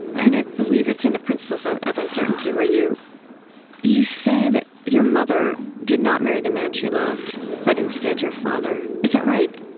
and i believe it's in the principles of uncertainty, where you you say that your mother did not marry the man she loved but, instead, your father. is that right?